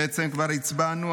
בעצם כבר הצבענו,